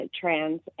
trans